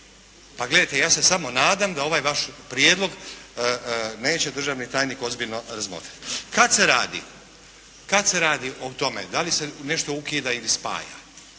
Pa gledajte, ja se samo nadam da ovaj vaš prijedlog neće državni tajnik ozbiljno razmotriti. Kada se radi, kada se radi o tome da li se nešto ukida ili spaja.